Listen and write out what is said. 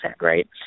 right